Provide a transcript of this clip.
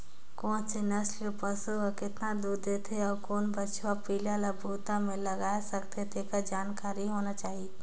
कोन से नसल के पसु हर केतना दूद देथे अउ ओखर बछवा पिला ल बूता में लगाय सकथें, तेखर जानकारी होना चाही